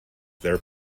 their